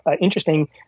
interesting